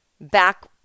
back